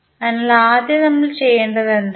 അതിനാൽ ആദ്യം നമ്മൾ ചെയ്യേണ്ടത് എന്താണ്